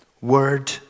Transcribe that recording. Word